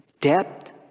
depth